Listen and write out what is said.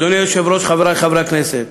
אדוני היושב-ראש, חברי חברי הכנסת,